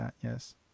Yes